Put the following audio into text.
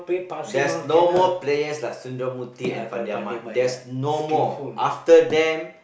there's no more players like and Fandi-Ahmad there's no more after them